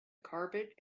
carpet